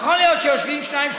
יכול להיות שיושבים שניים,